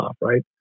right